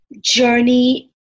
journey